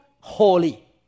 holy